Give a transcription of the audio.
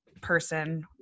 person